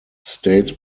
states